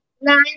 Nine